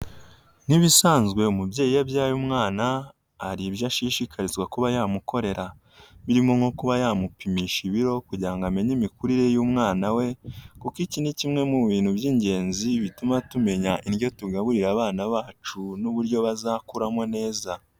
Nk'ibisanzwe umubyeyi iyo abyaye umwana hari ibyo ashishikarizwa kuba yamukorera birimo nko kuba yamupimisha ibiro kugira ngo amenye imikurire y'umwana we kuko iki ni kimwe mu bintu by'ingenzi bituma tumenya indyo tugaburira abana bacu n'uburyo bazakuramo neza.